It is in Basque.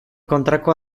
kontrako